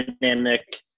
dynamic